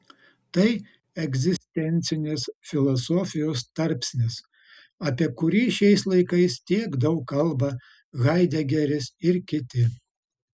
tai egzistencinės filosofijos tarpsnis apie kurį šiais laikais tiek daug kalba haidegeris ir kiti